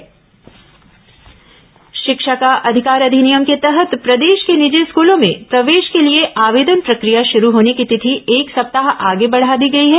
शिक्षा का अधिकार शिक्षा का अधिकार अधिनियम के तहत प्रदेश के निजी स्कूलों में प्रवेश के लिए आवेदन प्रक्रिया शुरू होने की तिथि एक सप्ताह आगे बढ़ा दी गई है